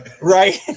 Right